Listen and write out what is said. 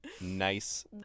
nice